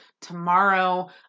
tomorrow